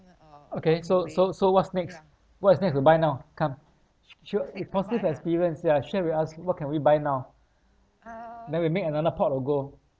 okay so so so what's next what is next to buy now come sh~ sh~ your positive experience yeah share with us what can we buy now then we make another pot of gold